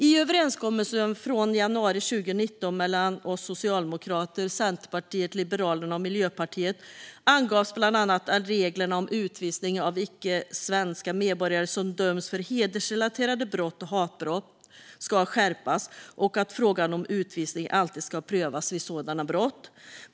I överenskommelsen från januari 2019 mellan oss socialdemokrater, Centerpartiet, Liberalerna och Miljöpartiet angavs bland annat att reglerna om utvisning av icke-svenska medborgare som döms för hedersrelaterade brott och hatbrott ska skärpas och att frågan om utvisning alltid ska prövas vid sådana brott.